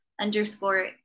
underscore